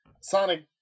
Sonic